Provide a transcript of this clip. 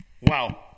Wow